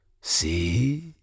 see